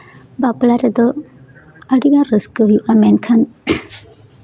ᱵᱟᱯᱞᱟ ᱨᱮᱫᱚ ᱟᱹᱰᱤᱜᱟᱱ ᱨᱟᱹᱥᱠᱟᱹ ᱦᱩᱭᱩᱜᱼᱟᱱ ᱢᱮᱱᱠᱷᱟᱱ